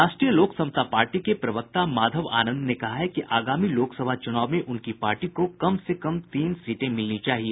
राष्ट्रीय लोक समता पार्टी के प्रवक्ता माधव आनंद ने कहा है कि आगामी लोकसभा चूनाव में उनकी पार्टी को कम से कम तीन सीटें मिलनी चाहिए